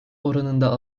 oranında